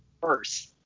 first